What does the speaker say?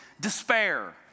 despair